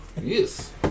Yes